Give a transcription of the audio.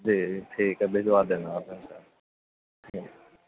جی جی ٹھیک ہے بھجوا دینا آپ ان شاء اللہ ٹھیک